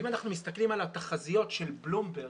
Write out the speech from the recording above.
אם אנחנו מסתכלים על התחזיות של בלומברג